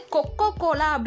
Coca-Cola